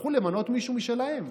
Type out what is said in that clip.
יצטרכו למנות מישהו משלהם.